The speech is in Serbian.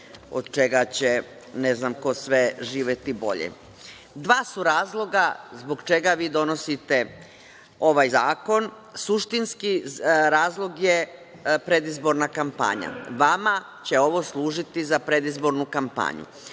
od čega će ne znam ko sve živeti bolje. Dva su razloga zbog čega vi donosite ovaj zakon. Suštinski razlog je predizborna kampanja. Vama će ovo služiti za predizbornu kampanju,